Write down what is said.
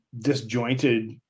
disjointed